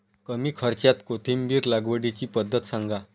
कमी खर्च्यात कोथिंबिर लागवडीची पद्धत सांगा